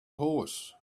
horse